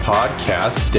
Podcast